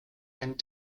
and